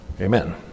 Amen